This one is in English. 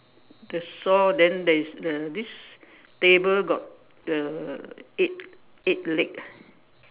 the saw then there is the this table got uh eight eight leg ah